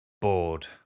bored